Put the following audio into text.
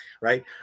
right